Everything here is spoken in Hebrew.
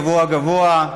גבוהה-גבוהה,